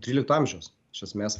trylikto amžiaus iš esmės